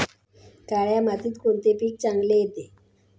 काळ्या मातीत कोणते पीक चांगले येते?